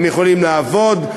הם יכולים לעבוד,